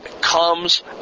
comes